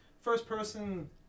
first-person